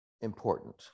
important